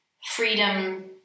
freedom